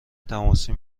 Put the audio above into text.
تماسی